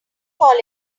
call